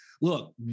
Look